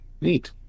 Neat